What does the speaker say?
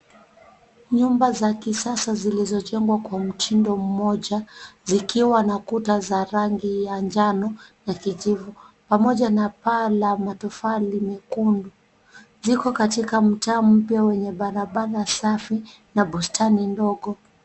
Nyumba za kisasa zilizojengwa kwa mtindo mmoja zikiwa na kuta za rangi ya njano na kijivu pamoja na paa la matofali mekundu. Ziko katika mtaa mpya wenye barabara safi na bustani ndogo.